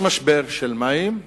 יש משבר של מים,